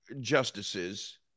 justices